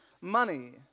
money